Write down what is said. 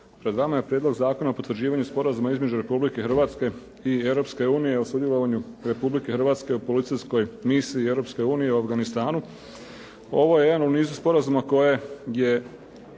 Pred vama je Prijedlog zakona o potvrđivanju Sporazuma između Republike Hrvatske i Europske unije o sudjelovanju Republike Hrvatske u policijskoj misiji Europske misije u Afganistanu. Ovo je jedan u nizu sporazuma kojeg je